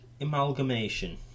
amalgamation